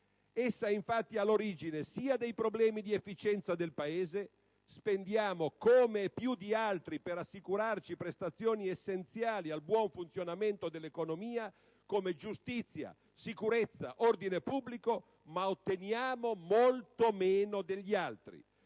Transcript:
Essa, infatti, è all'origine sia dei problemi di efficienza del Paese (spendiamo come e più di altri per assicurarci prestazioni essenziali al buon funzionamento dell'economia, come giustizia, sicurezza, ordine pubblico, ma otteniamo molto meno degli altri)